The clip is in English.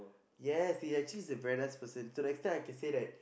yes he actually is a very nice person to the extent I can say that